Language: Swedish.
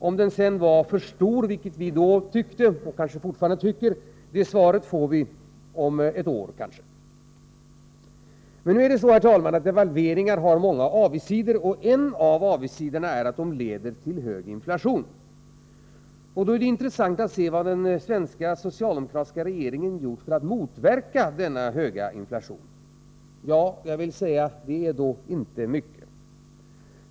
Om den sedan var för stor, Nr 130 vilket vi då tyckte och kanske fortfarande tycker, får vi svar på om kanske ett å Torsdagen den Er |.— 26april 1984 Men devalveringar har många avigsidor. En av dem är att de leder till hög inflation. Det är intressant att se vad den svenska socialdemokratiska E s , ee FR Vid remiss av regeringen gjort för att motverka denna höga inflation. : SE S : kompletteringspro Det är inte mycket.